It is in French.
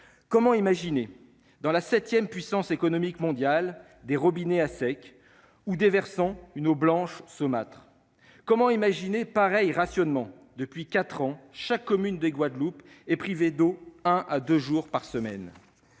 Comment imaginer, dans la septième puissance économique mondiale, des robinets à sec ou déversant une eau blanche saumâtre ? Comment imaginer un rationnement tel que, depuis quatre ans, chaque commune de Guadeloupe est privée d'eau un à deux jours par semaine